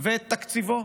ואת תקציבו.